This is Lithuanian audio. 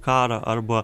karą arba